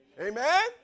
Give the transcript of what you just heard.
Amen